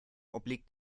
obliegt